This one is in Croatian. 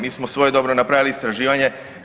Mi smo svojedobno napravili istraživanje.